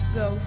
go